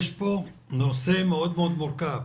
יש פה נושא מאוד מאוד מורכב.